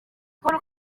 paul